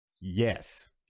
Yes